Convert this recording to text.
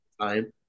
time